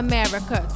America